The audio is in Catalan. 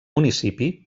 municipi